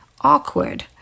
awkward